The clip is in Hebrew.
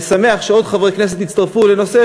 אני שמח שעוד חברי כנסת הצטרפו לנושא,